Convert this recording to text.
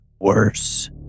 worse